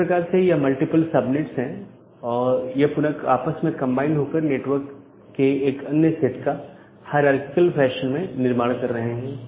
इस प्रकार से यहां मल्टीपल सबनेट्स है यह पुनः आपस में कंबाइन होकर नेटवर्क के एक अन्य सेट का हायरारकिकल फैशन में निर्माण कर रहे हैं